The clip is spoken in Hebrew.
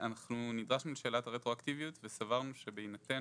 אנחנו נדרשנו לשאלת הרטרואקטיביות וסברנו שבהינתן